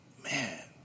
Man